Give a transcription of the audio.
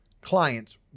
clients